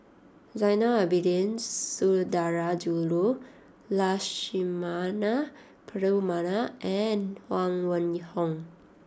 Zainal Abidin Sundarajulu Lakshmana Perumal and Huang Wenhong